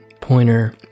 pointer